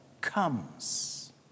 comes